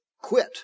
quit